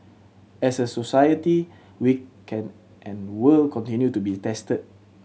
as a society we can and will continue to be tested